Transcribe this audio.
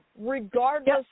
regardless